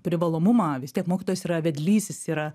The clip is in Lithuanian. privalomumą vis tiek mokytojas yra vedlys jis yra